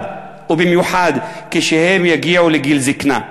ובמיוחד כשהם יגיעו לגיל זיקנה?